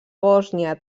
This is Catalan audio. bòsnia